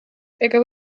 ega